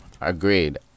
Agreed